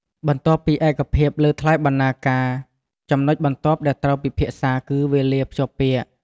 បន្ទាប់ពីឯកភាពលើថ្លៃបណ្ណាការ ចំណុចបន្ទាប់ដែលត្រូវពិភាក្សាគឺ វេលាភ្ជាប់ពាក្យ។